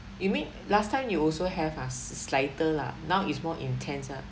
you mean last time you also have ah s~ slighter lah now is more intense ah